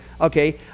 okay